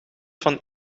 van